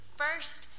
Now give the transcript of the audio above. first